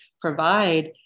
provide